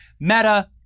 Meta